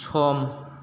सम